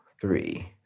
three